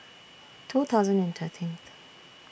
two thousand and thirteenth